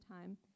time